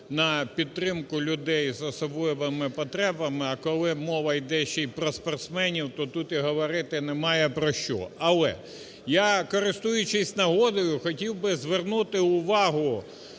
на підтримку людей з особливими потребами. А коли мова іде ще й про спортсменів, то тут і говорити немає про що. Але я, користуючись нагодою, хотів би звернути увагу